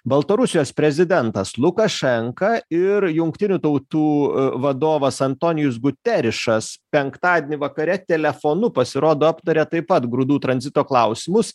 baltarusijos prezidentas lukašenka ir jungtinių tautų vadovas antonijus guterišas penktadienį vakare telefonu pasirodo aptaria taip pat grūdų tranzito klausimus